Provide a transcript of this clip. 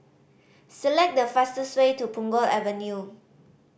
select the fastest way to Punggol Avenue